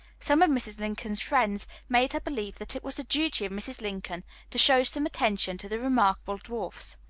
some of mrs. lincoln's friends made her believe that it was the duty of mrs. lincoln to show some attention to the remarkable dwarfs.